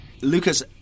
lucas